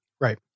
Right